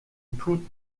toutes